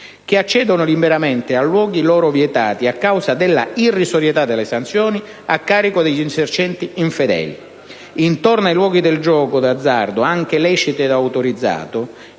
«che accedono liberamente a luoghi loro vietati, a causa della irrisorietà delle sanzioni a carico degli esercenti infedeli; intorno ai luoghi del gioco d'azzardo, anche lecito o autorizzato,